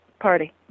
party